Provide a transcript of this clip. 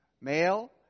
male